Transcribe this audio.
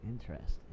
Interesting